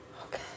okay